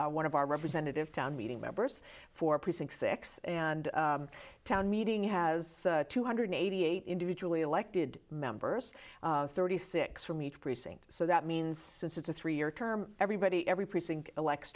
is one of our representative town meeting members for precinct six and town meeting has two hundred eighty eight individually elected members thirty six from each precinct so that means since it's a three year term everybody every precinct elects